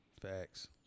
Facts